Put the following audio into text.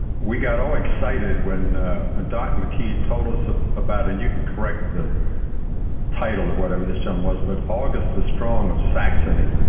we got all excited when when doc mckee told us ah about it. and you can correct the title of whatever this um was, but augustus the strong of saxony,